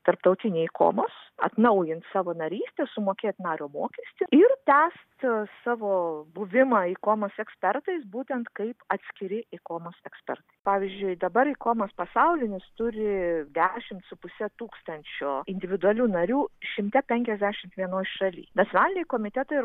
tarptautinį ikomos atnaujint savo narystę sumokėt nario mokestį ir tęst savo buvimą ikomos ekspertais būtent kaip atskiri ikomos ekspertai pavyzdžiui dabar ikomos pasaulinis turi dešimt su puse tūkstančio individualių narių šimte penkiasdešimt vienoj šaly nacionaliniai komitetai ir